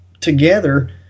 together